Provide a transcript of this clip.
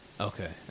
Okay